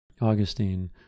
Augustine